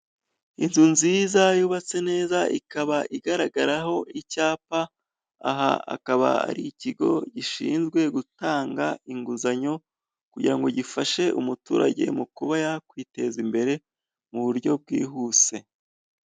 Inzu nziza yubatse neza ikaba igaragaraho icyapa, aha akaba ari ikigo gishinzwe gutanga inguzanyo, kugira ngo gifashe umuturage mu kuba yakwiteza imbere mu buryo bwihuse.